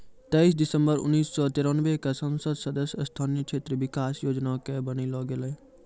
तेइस दिसम्बर उन्नीस सौ तिरानवे क संसद सदस्य स्थानीय क्षेत्र विकास योजना कअ बनैलो गेलैय